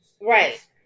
right